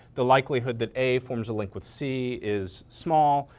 the likelihood that a forms a link with c is small,